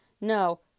No